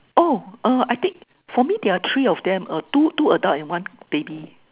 oh uh I think for me there are three of them uh two two adult and uh one baby